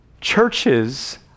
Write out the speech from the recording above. churches